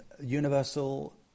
Universal